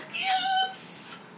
Yes